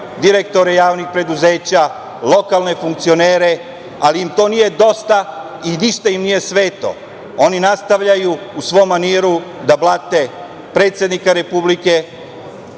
direktore javnih preduzeća, lokalne funkcionere, ali im to nije dosta i ništa im nije sveto. Oni nastavljaju u svom maniru da blate predsednika Republike,